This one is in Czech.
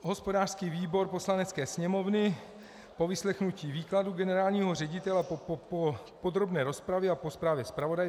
Hospodářský výbor Poslanecké sněmovny po vyslechnutí výkladu generálního ředitele, po podrobné rozpravě a po zprávě zpravodaje